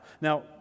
Now